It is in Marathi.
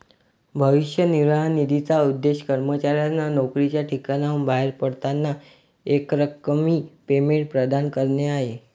भविष्य निर्वाह निधीचा उद्देश कर्मचाऱ्यांना नोकरीच्या ठिकाणाहून बाहेर पडताना एकरकमी पेमेंट प्रदान करणे आहे